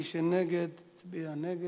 מי שנגד שיצביע נגד.